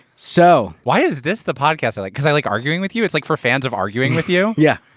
so why is this the podcast i like? because i like arguing with you? it's like for fans of arguing with you? yeah